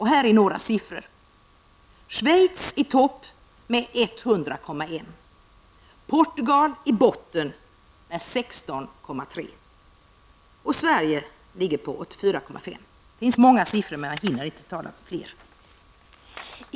Här är några siffror: Schweiz i topp med 100,1. Portugal i botten med 16,3. Sverige ligger på 84,5. Det finns många siffror, men jag hinner inte ta några fler.